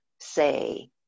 say